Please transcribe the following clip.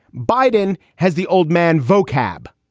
biden has the old man vocab.